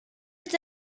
est